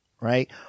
right